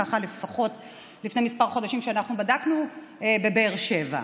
ככה לפחות היה לפני כמה חודשים כשאנחנו בדקנו בבאר שבע.